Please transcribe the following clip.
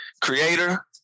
creator